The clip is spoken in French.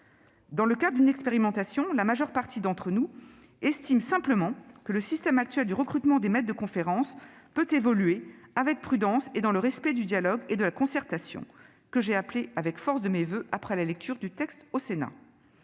Dans le cadre d'une expérimentation, la majeure partie d'entre nous estime simplement que le système actuel de recrutement des maîtres de conférences peut évoluer, avec prudence, et dans le respect du dialogue et de la concertation que j'ai appelé de mes voeux, avec force, à la suite de la lecture du texte au Sénat.